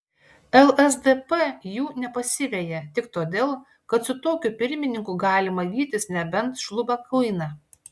lsdp jų nepasiveja tik todėl kad su tokiu pirmininku galima vytis nebent šlubą kuiną